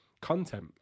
content